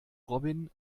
robin